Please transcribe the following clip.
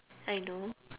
I know